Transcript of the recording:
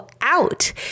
out